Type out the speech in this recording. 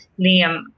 Liam